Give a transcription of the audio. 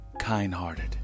kind-hearted